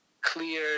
clear